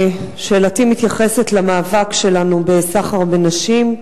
שאלתי מתייחסת למאבק שלנו בסחר בנשים.